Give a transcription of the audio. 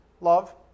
love